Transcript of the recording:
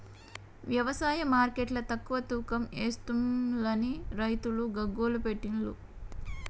వ్యవసాయ మార్కెట్ల తక్కువ తూకం ఎస్తుంలని రైతులు గగ్గోలు పెట్టిన్లు